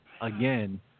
Again